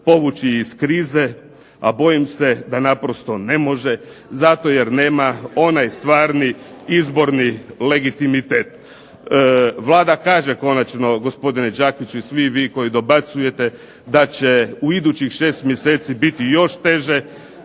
povući iz krize, a bojim se da naprosto ne može zato jer nema onaj stvarni izborni legitimitet. Vlada kaže konačno gospodine Đakiću i svi vi koji dobacujete da će u idućih 6 mjeseci biti još teže,